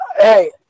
Hey